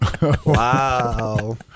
Wow